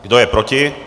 Kdo je proti?